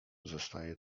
zostaje